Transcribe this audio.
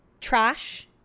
trash